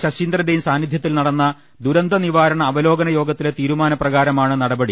ശശീന്ദ്രന്റെയും സാന്നിധൃത്തിൽ നടന്ന ദുരന്തനിവാരണ അവലോകന യോഗത്തിലെ തീരുമാനപ്രകാരമാണ് നടപടി